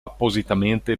appositamente